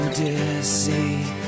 deceive